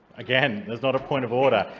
again, that's not a point of order.